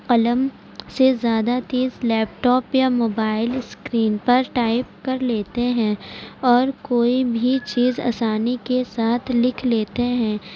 قلم سے زیادہ تیز لیپ ٹاپ یا موبائل اسکرین پر ٹائپ کر لیتے ہیں اور کوئی بھی چیز آسانی کے ساتھ لکھ لیتے ہیں